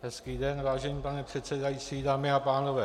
Hezký den, vážený pane předsedající, dámy a pánové.